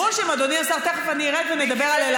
אין הפרטות שהן בסדר.